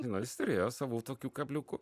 žinau jis turėjo savų tokių kabliukų